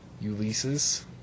Ulysses